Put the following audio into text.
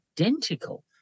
identical